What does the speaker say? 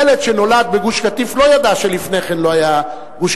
ילד שנולד בגוש-קטיף לא ידע שלפני כן לא היו גוש-קטיף,